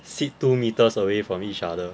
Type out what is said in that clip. sit two metres away from each other